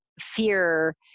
fear